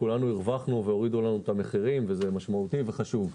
כולנו הרווחנו והורידו לנו את המחירים וזה משמעותי וחשוב.